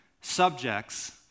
subjects